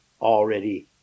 already